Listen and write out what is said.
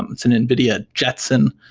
it's an nvidia jetson.